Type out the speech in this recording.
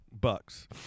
bucks